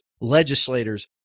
legislators